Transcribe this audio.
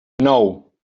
nou